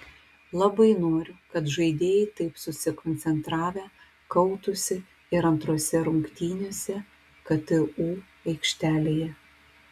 labai noriu kad žaidėjai taip susikoncentravę kautųsi ir antrose rungtynėse ktu aikštelėje